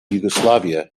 yugoslavia